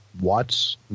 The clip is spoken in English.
Watts